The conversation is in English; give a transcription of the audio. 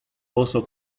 also